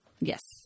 yes